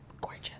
gorgeous